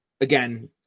Again